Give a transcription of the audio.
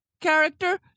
character